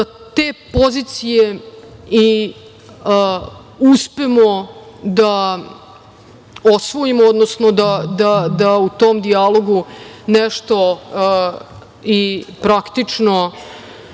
da te pozicije uspemo da osvojimo, odnosno da u tom dijalogu nešto i praktično